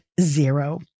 zero